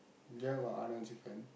there got Arnold's-chicken